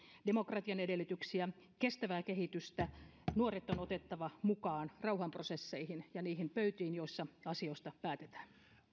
demokratian edellytyksiä kestävää kehitystä nuoret on otettava mukaan rauhanprosesseihin ja niihin pöytiin joissa asioista päätetään